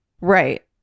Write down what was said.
Right